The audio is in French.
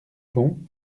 bon